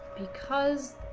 because